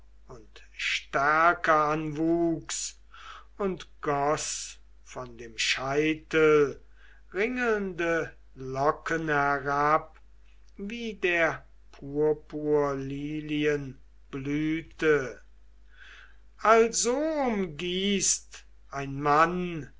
und stärker an wuchs und goß von dem scheitel ringelnde locken herab wie der purpurlilien blüte also umgießt ein mann